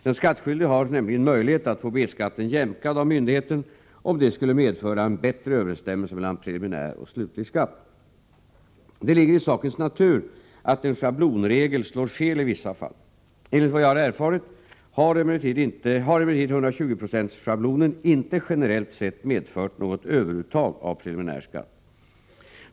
Den skattskyldige har nämligen möjlighet att få B-skatten jämkad av myndigheten om detta skulle medföra en bättre överensstämmelse mellan preliminär och slutlig skatt. Det ligger i sakens natur att en schablonregel slår fel i vissa fall. Enligt vad jag har erfarit har emellertid 120-procentsschablonen inte generellt sett medfört något överuttag av preliminär skatt.